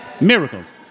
miracles